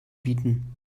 bieten